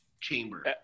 chamber